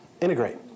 Integrate